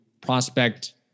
prospect